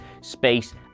space